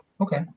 Okay